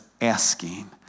asking